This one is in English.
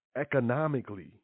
economically